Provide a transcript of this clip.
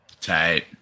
Tight